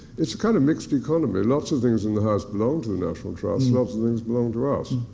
it's a kind of mixed economy. lot's of things in the house belong to the national trust, lots of things belong to us,